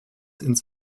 ins